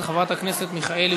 2015, חברת הכנסת מיכאלי,